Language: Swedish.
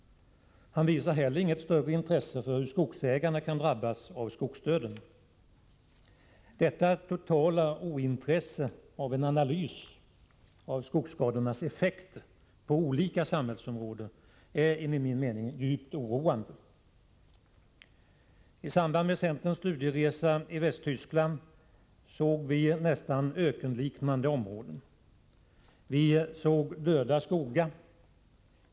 Han visar heller inget större intresse för hur skogsägarna kan drabbas av skogsdöden. Detta totala ointresse av en analys av skogsskadornas effekter på olika samhällsområden är enligt min mening djupt oroande. I samband med centerns studieresa i Västtyskland såg vi områden som var nästan ökenliknande. Vi såg döda skogar.